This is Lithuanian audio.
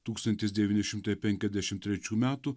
tūkstantis devyni šimtai penkiasdešim trečių metų